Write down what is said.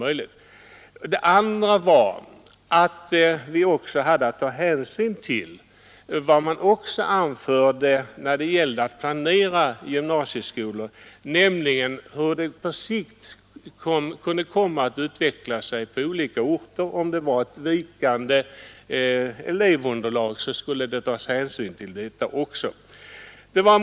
Vi hade också att ta hänsyn till hur befolkningsunderlaget på sikt utvecklas på olika orter — om elevunderlaget kunde väntas bli vikande skulle hänsyn tas också till det.